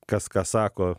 kas ką sako